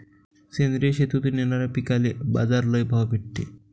सेंद्रिय शेतीतून येनाऱ्या पिकांले बाजार लई भाव भेटते